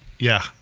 yeah.